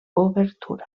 obertura